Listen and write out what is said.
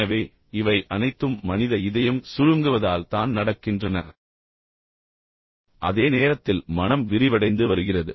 எனவே இவை அனைத்தும் மனித இதயம் சுருங்குவதால் தான் நடக்கின்றன அதே நேரத்தில் மனம் விரிவடைந்து வருகிறது